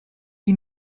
die